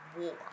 war